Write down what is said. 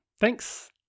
Thanks